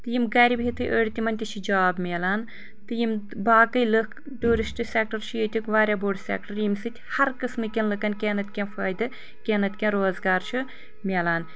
یم گرِ بہتھی أڑۍ تمن تہِ چھِ جاب مِلان تہٕ یم باقٕے لُکھ ٹیورسٹ سیٚکٹر چھُ ییٚتیُک واریاہ بوٚڑ سیٚکٹر ییٚمہِ سۭتۍ ہر قسمہٕ کٮ۪ن لُکن کینٛہہ نتہٕ کینٛہہ فٲیدٕ تہٕ کینٛہہ نتہٕ کینٛہہ روزگار چھُ مِلان